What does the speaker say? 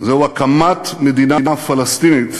זה הקמת מדינה פלסטינית